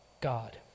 God